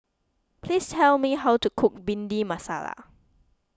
please tell me how to cook Bhindi Masala